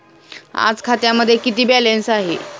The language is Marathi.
आज खात्यामध्ये किती बॅलन्स आहे?